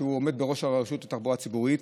שעומד בראש הרשות לתחבורה הציבורית,